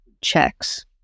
checks